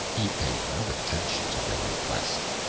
he paid no attention to their request,